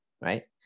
right